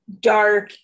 dark